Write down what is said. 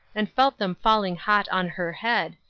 and felt them falling hot on her head,